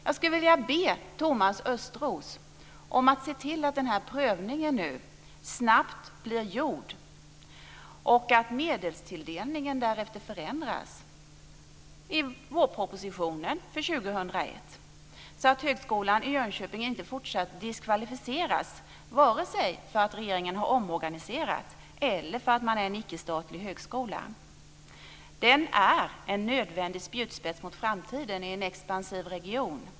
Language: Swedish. Jag skulle vilja be Thomas Östros att se till att den här prövningen nu snabbt blir gjord och att medelstilldelningen därefter förändras i vårpropositionen för 2001 så att Högskolan i Jönköping inte fortsatt diskvalificeras vare sig för att regeringen har omorganiserat eller för att man är en icke-statlig högskola. Den är en nödvändig spjutspets mot framtiden i en expansiv region.